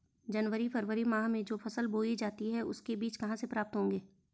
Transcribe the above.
जनवरी फरवरी माह में जो फसल बोई जाती है उसके बीज कहाँ से प्राप्त होंगे?